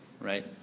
right